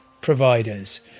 providers